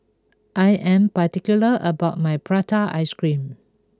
I am particular about my Prata Ice Cream